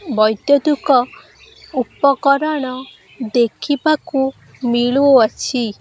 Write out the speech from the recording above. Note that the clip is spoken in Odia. ବୈଦୁତିକ ଉପକରଣ ଦେଖିବାକୁ ମିଳୁଅଛି